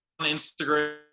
Instagram